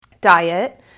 diet